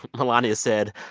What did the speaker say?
melania said,